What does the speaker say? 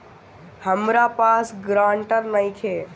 हमरा पास ग्रांटर नइखे?